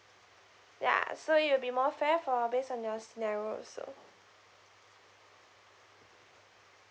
ya so it'll be more fair for based on your scenario also